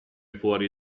fuori